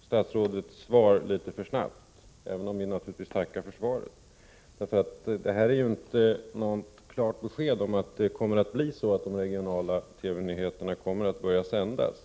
statsrådets svar litet för snabbt, även om vi naturligtvis tackar för det. Detta är inte något klart besked om att de regionala TV-nyheterna kommer att börja sändas.